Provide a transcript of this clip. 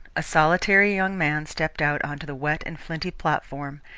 a solitary young man stepped out on to the wet and flinty platform,